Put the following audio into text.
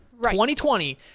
2020